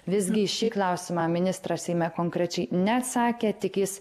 visgi į šį klausimą ministras seime konkrečiai neatsakė tik jis